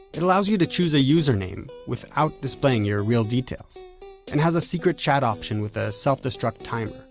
it allows you to choose a username without displaying your real details and has a secret chat option with a self-destruct timer.